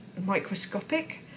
microscopic